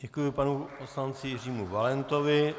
Děkuji panu poslanci Valentovi.